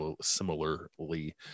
similarly